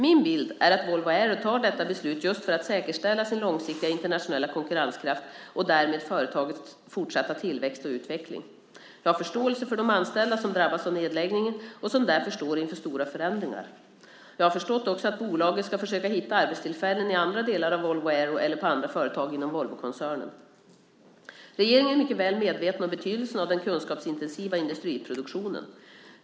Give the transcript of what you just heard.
Min bild är att Volvo Aero tar detta beslut just för att säkerställa sin långsiktiga internationella konkurrenskraft och därmed företagets fortsatta tillväxt och utveckling. Jag har förståelse för de anställda som drabbas av nedläggningen och som därför står inför stora förändringar. Jag har förstått att bolaget ska försöka hitta arbetstillfällen i andra delar av Volvo Aero eller på andra företag inom Volvokoncernen. Regeringen är mycket väl medveten om betydelsen av den kunskapsintensiva industriproduktionen.